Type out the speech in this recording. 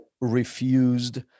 refused